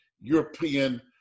European